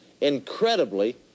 Incredibly